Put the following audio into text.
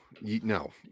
no